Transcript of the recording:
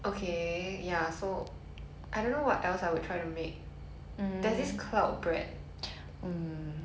but it doesn't look enticing to me it's just fun to look at but the taste